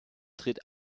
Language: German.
tritt